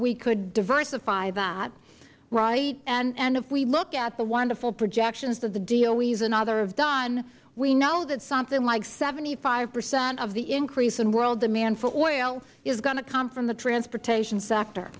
we could diversify that right and if we look at the wonderful projections that the doe and others have done we know that something like seventy five percent of the increase in world demand for oil is going to come from the transportation sector